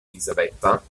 elisabetta